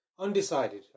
Undecided